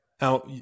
Now